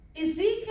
Ezekiel